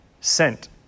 sent